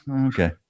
Okay